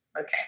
Okay